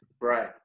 Right